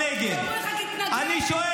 שאמר כך --- עזוב,